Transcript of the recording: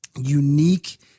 unique